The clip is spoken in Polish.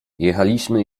jechaliśmy